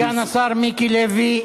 סגן השר מיקי לוי,